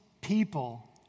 people